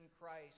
Christ